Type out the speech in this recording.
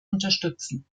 unterstützen